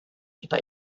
kita